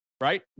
right